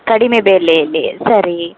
ಕಡಿಮೆ ಬೆಲೆಯಲ್ಲಿ ಸರಿ